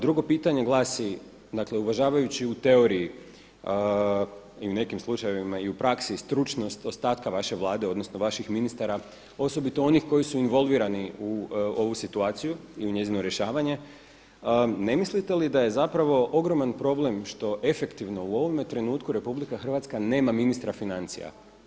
Drugo pitanje glasi, dakle uvažavajući u teoriji i nekim slučajevima i u praksi stručnost ostatka vaše Vlade, odnosno vaših ministara osobito onih koji su involvirani u ovu situaciju i u njezinu rješavanje ne mislite li da je zapravo ogroman problem što efektivno u ovome trenutku Republika Hrvatska nema ministra financija?